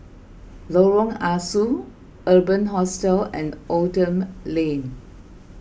Lorong Ah Soo Urban Hostel and Oldham Lane